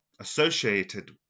associated